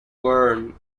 worn